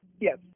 Yes